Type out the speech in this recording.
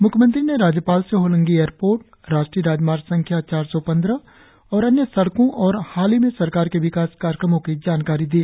म्ख्यमंत्री ने राज्यपाल से होलोंगी एयरपोर्ट राष्ट्रीय राजमार्ग संख्या चार सौ पंद्रह और अन्य सड़कों और हाल ही में सरकार के विकास कार्यक्रमों की जानकारी दी